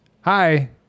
hi